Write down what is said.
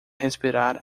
respirar